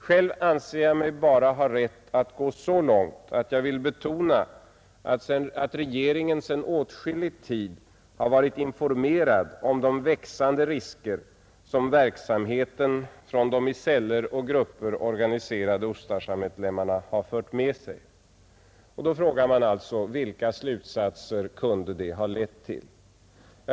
Själv anser jag mig bara ha rätt att gå så långt att jag vill betona att regeringen sedan åtskillig tid har varit informerad om de växande risker som verksamheten från de i celler och grupper organiserade Ustasjamedlemmarna har fört med sig. Då frågar man sig: Vilka slutsatser kunde det ha lett till?